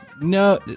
No